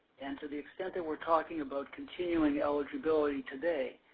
and to the extent that were talking about continuing eligibility today,